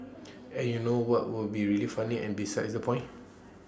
and you know what would be really funny and besides the point